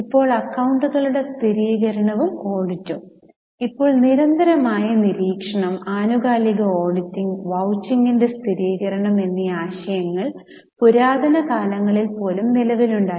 ഇപ്പോൾ അക്കൌണ്ടുകളുടെ സ്ഥിരീകരണവും ഓഡിറ്റിംഗും ഇപ്പോൾ നിരന്തരമായ നിരീക്ഷണം ആനുകാലിക ഓഡിറ്റിംഗ് വൌച്ചിംഗിന്റെ സ്ഥിരീകരണം എന്നീ ആശയങ്ങൾ പുരാതന കാലങ്ങളിൽ പോലും നിലവിലുണ്ടായിരുന്നു